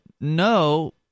no